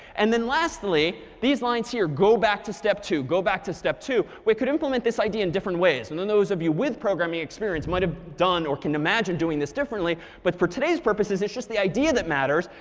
and then lastly, these lines here go back to step two, go back to step two we could implement this idea in different ways. and then those of you with programming experience might have ah done or can imagine doing this differently. but for today's purposes, it's just the idea that matters.